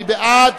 מי בעד?